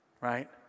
right